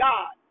God